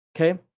Okay